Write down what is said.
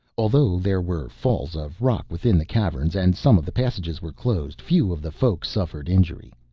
although there were falls of rock within the caverns and some of the passages were closed, few of the folk suffered injury.